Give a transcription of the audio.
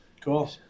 Cool